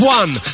one